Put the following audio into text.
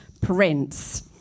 Prince